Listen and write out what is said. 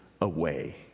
away